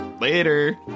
later